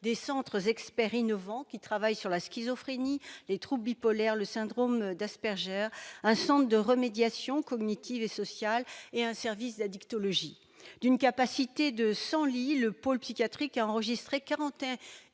des centres experts innovants qui travaillent sur la schizophrénie, les troubles bipolaires ou encore le syndrome d'Asperger, un centre de remédiation cognitive et sociale et un service d'addictologie. D'une capacité de cent lits, le pôle psychiatrique a enregistré 41